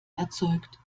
erzeugt